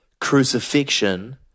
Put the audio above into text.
crucifixion